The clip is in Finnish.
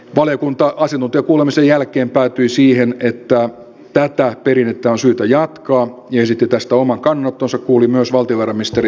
valiokunta asiantuntijakuulemisen jälkeen päätyi siihen että tätä perinnettä on syytä jatkaa ja esitti tästä oman kannanottonsa kuuli myös valtiovarainministeri alexander stubbia